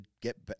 get